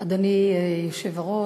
אדוני היושב-ראש,